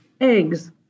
eggs